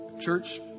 Church